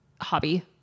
hobby